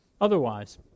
Otherwise